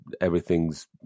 everything's